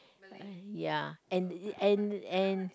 uh ya and and and